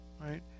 Right